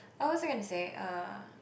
what was I going to say uh